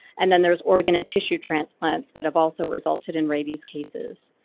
and then there's organ and tissue transplants that have also resulted in rabies cases.